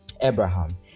Abraham